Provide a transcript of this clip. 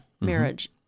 marriage